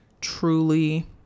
truly